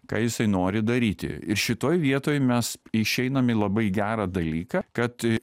ką jisai nori daryti ir šitoj vietoj mes išeinam į labai gerą dalyką kad